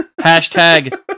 hashtag